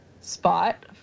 spot